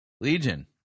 legion